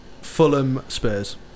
Fulham-Spurs